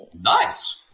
nice